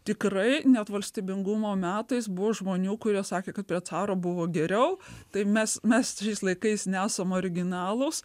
tikrai net valstybingumo metais buvo žmonių kurie sakė kad prie caro buvo geriau tai mes mes trys laikais nesam originalūs